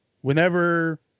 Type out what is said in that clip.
whenever